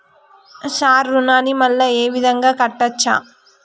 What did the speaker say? Sir రుణాన్ని మళ్ళా ఈ విధంగా కట్టచ్చా?